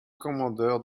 commandeur